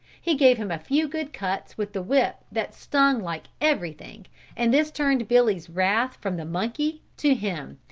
he gave him a few good cuts with the whip that stung like everything and this turned billy's wrath from the monkey to him,